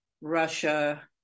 Russia